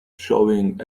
showing